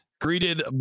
greeted